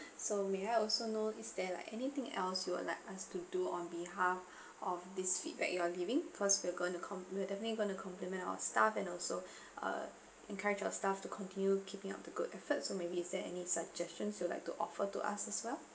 so may I also know is there like anything else you'd like us to do on behalf of this feedback you're leaving cause we're going to compliment definitely going to compliment our staff and also uh encourage our staff to continue keeping up the good efforts so maybe is there any suggestions you'd like to offer to us as well